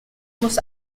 muss